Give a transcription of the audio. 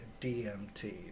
DMT